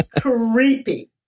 creepy